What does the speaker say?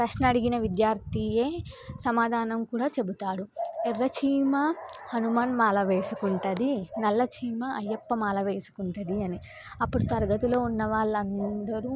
ప్రశ్న అడిగిన విద్యార్థియే సమాధానం కూడా చెబుతాడు ఎర్రచీమ హనుమాన్ మాల వేసుకుంటుంది నల్లచీమ అయ్యప్పమాల వేసుకుంటుంది అని అప్పుడు తరగతిలో ఉన్నవాళ్ళందరూ